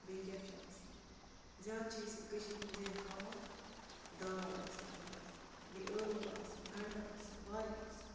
بیٚیہِ کیٛاہ چھُ آسان زیادٕ چھِ أسۍ ییٚتہِ کٔشیٖرِ مَنٛز یِہَے ہاکھ دال آسان زیادٕ بیٚیہِ ٲلوٕ آسان گَنٛڈٕ آسان واریاہ آسان